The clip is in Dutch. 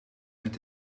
met